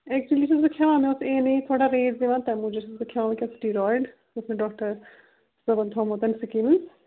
actually چھُس بہٕ کھٮ۪وان مےٚ اوس اےٚ اٮ۪م اےٚ تھوڑا ویٹ زیادٕ تَمہِ موٗجوٗب چھَس بہٕ کھٮ۪وان کیپٹی اویِل یہِ اوس مےٚ ڈاکٹر صٲبن تھوٚومُت سِکیٖمٕز